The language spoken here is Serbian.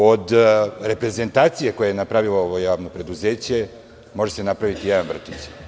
Od reprezentacije koje je napravilo ovo javno preduzeće, može se napraviti jedan vrtić.